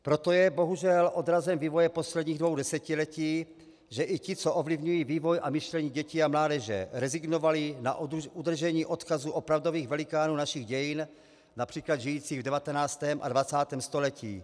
Proto je bohužel odrazem vývoje posledních dvou desetiletí, že i ti, co ovlivňují vývoj a myšlení dětí a mládeže, rezignovali na udržení odkazu opravdových velikánů našich dějin, například žijících v 19. a 20. století.